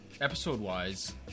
episode-wise